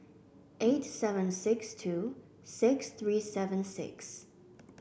eight seven six two six three seven six